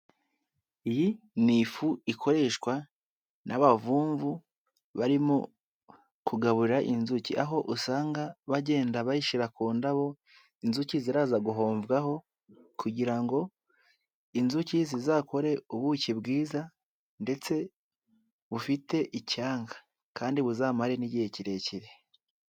Iyi ni ifu ikoreshwa n'abavumvu, barimo kugaburarira inzuki, aho usanga bagenda bayishyira ku ndabo inzuki ziraza guhovwaho kugira ngo inzuki zizakore ubuki bwiza ndetse bufite icyanga kandi buzamare n'igihe kirekire.